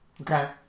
Okay